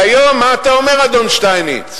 והיום, מה אתה אומר, אדון שטייניץ?